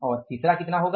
और तीसरा कितना होगा